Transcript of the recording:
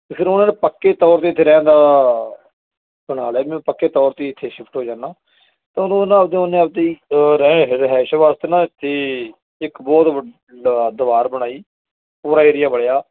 ਅਤੇ ਫਿਰ ਉਹਨਾਂ ਨੇ ਪੱਕੇ ਤੌਰ 'ਤੇ ਇੱਥੇ ਰਹਿਣ ਦਾ ਬਣਾ ਲਿਆ ਵੀ ਮੈਂ ਪੱਕੇ ਤੌਰ 'ਤੇ ਹੀ ਇੱਥੇ ਸ਼ਿਫਟ ਹੋ ਜਾਣਾ ਤਾਂ ਉਦੋਂ ਉਹਨਾਂ ਆਪਣੇ ਉਹਨੇ ਆਪ ਦੀ ਰਹਿ ਰਿਹਾਇਸ਼ ਵਾਸਤੇ ਨਾ ਇੱਥੇ ਇੱਕ ਬਹੁਤ ਵੱਡਾ ਦੀਵਾਰ ਬਣਾਈ ਪੂਰਾ ਏਰੀਆ ਬਣਿਆ